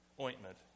ointment